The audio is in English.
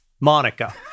Monica